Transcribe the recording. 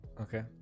okay